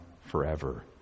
forever